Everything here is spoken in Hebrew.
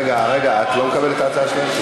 רגע, רגע, את לא מקבלת את ההצעה שלהם?